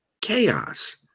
chaos